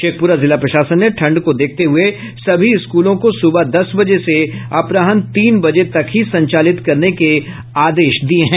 शेखप्रा जिला प्रशासन ने ठंड को देखते हुए सभी स्कूलों को सुबह दस बजे से अपराहन तीन बजे तक ही संचालित करने के आदेश दिये हैं